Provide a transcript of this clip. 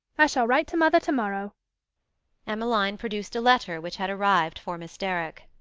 i shall write to mother to-morrow emmeline produced a letter which had arrived for miss derrick.